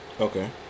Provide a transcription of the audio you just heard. Okay